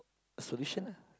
solution lah